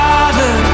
Father